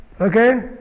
Okay